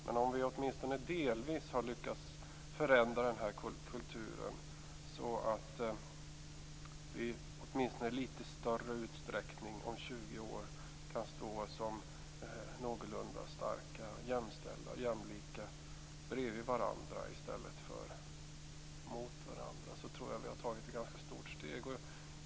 Men om vi åtminstone delvis lyckas förändra denna kultur så att vi om 20 år kan stå någorlunda jämstarka och jämlika bredvid varandra i stället för emot varandra tror jag att vi har tagit ett ganska stort steg.